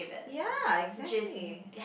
ya exactly